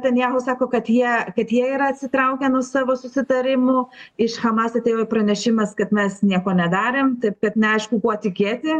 netanjahu sako kad jie kad jie yra atsitraukę nuo savo susitarimo iš hamas atėjo pranešimas kad mes nieko nedarėm taip kad neaišku kuo tikėti